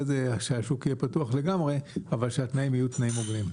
שהשוק יהיה פתוח לגמרי, אבל שהתנאים יהיו הוגנים.